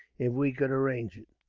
if we could arrange it.